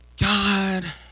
God